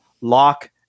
Lock